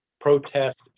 protest